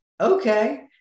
okay